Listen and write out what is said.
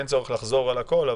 אין צורך לחזור על הכול,